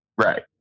Right